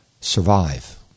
survive